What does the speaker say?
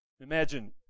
Imagine